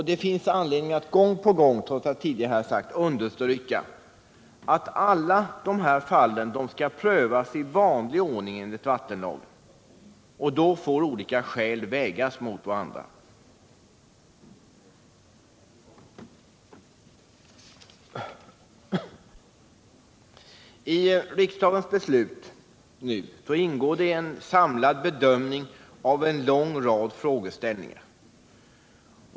Det finns anledning att gång på gång understryka att alla sådana projekt skall prövas i vanlig ordning enligt vattenlagen, och då får olika skäl vägas mot varandra. I den proposition som riksdagen nu skall fatta beslut om görs en samlad bedömning av en lång rad frågeställningar.